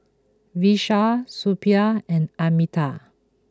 Vishal Suppiah and Amitabh